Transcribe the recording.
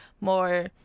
more